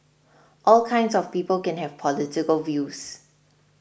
all kinds of people can have political views